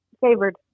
favored